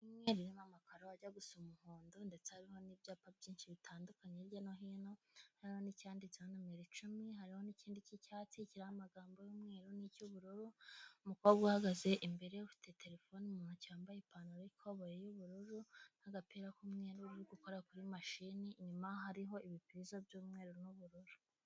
aya n'amakaro ajya gusa umuhondo ndetse hariho n'ibyapa byinshi bitandukanye hirya no hino hari ni cyanditseho nimero icumi hari n'ikindi cy'icyatsi kiriho amagambo y'umweru ni cy'ubururu .Umukobwa uhagaze imbere ufite terefone mu ntoki yambaye ipantaro y'ikoboyi y'ubururu n'agapira k'umweru urigukora kuri mashini inyuma hariho ibipirizo by'umweru n'ubururu.